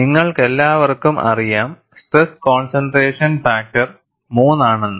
നിങ്ങൾക്കെല്ലാവർക്കും അറിയാം stress concentration factor 3 ആണെന്ന്